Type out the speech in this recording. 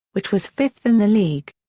which was fifth in the league.